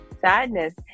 sadness